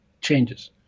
changes